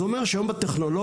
זה אומר שהיום בטכנולוגיה,